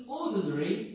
ordinary